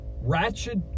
Ratchet